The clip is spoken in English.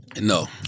No